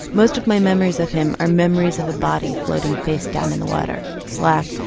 most of my memories of him are memories of a body floating face down in the water, slap,